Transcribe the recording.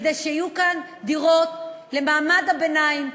כדי שיהיו כאן דירות למעמד הביניים,